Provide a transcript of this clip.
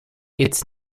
its